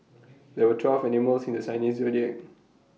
there are twelve animals in the Chinese Zodiac